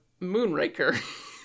Moonraker